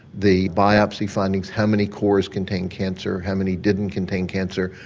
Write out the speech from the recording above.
the biopsy findings, how many cores contain cancer, how many didn't contain cancer,